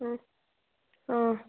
অঁ অঁ